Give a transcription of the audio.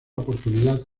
oportunidad